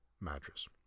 mattress